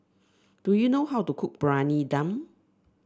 do you know how to cook Briyani Dum